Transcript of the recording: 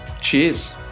cheers